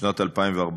בשנת 2014,